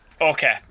Okay